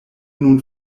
nun